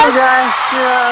guys